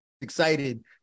excited